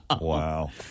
Wow